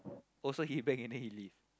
oh so he bang and then he leave